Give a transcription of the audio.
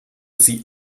sie